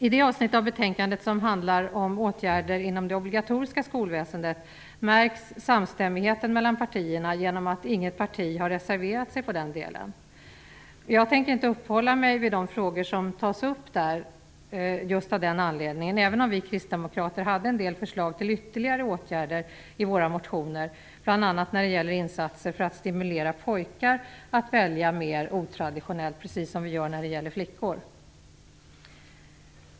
I det avsnitt av betänkandet som handlar om åtgärder inom det obligatoriska skolväsendet märks samstämmigheten mellan partierna genom att inget parti har reserverat sig i den delen. Jag tänker av den anledningen inte uppehålla mig vid de frågor som tas upp där, även om vi kristdemokrater hade en del förslag till ytterligare åtgärder i våra motioner, bl.a. när det gäller insatser för att stimulera pojkar att välja mer otraditionellt, precis som vi gör när det gäller flickor.